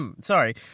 Sorry